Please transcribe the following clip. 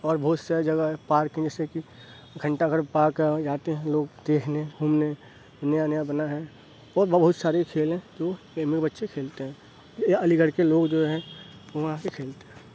اور بہت سارے جگہ ہے پارک ہیں جیسے کہ گھنٹہ گھر پارک جاتے ہیں لوگ دیکھنے گُھومنے نیا نیا بنا ہے بہت بہت سارے کھیل ہیں جو اے ایم یو بچے کھیلتے ہیں یا علی گڑھ کے لوگ جو ہیں وہاں آ کے کھیلتے ہیں